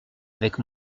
avec